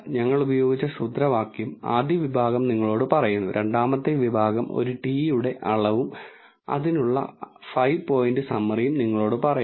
ഞങ്ങൾ ഉപയോഗിച്ച സൂത്രവാക്യം ആദ്യ വിഭാഗം നിങ്ങളോട് പറയുന്നു രണ്ടാമത്തെ വിഭാഗം ഒരു t യുടെ അളവും അതിനുള്ള 5 പോയിന്റ് സമ്മറിയും നിങ്ങളോട് പറയുന്നു